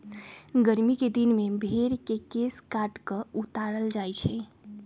गरमि कें दिन में भेर के केश काट कऽ उतारल जाइ छइ